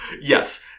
yes